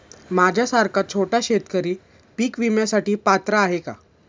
माझ्यासारखा छोटा शेतकरी पीक विम्यासाठी पात्र आहे का?